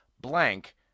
blank